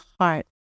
heart